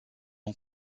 ont